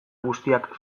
guztiak